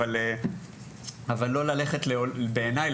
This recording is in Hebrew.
אבל בעיניי,